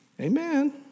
Amen